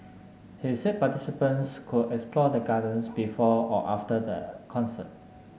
he said participants could explore the Gardens before or after the concert